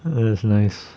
that's nice